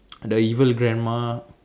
the evil grandma